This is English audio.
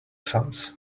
sums